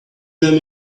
them